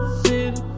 city